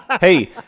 Hey